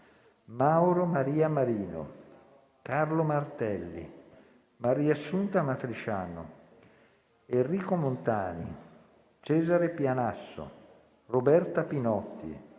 Mauro Maria Marino, Carlo Martelli, Mariassunta Matrisciano, Enrico Montani, Cesare Pianasso, Roberta Pinotti,